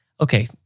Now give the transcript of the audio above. okay